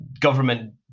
government